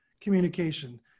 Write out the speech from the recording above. communication